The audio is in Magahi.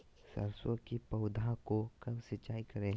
सरसों की पौधा को कब सिंचाई करे?